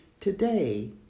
Today